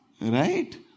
Right